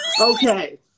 Okay